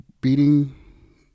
beating